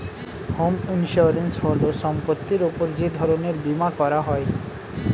home insurance হল সম্পত্তির উপর যে ধরনের বীমা করা হয়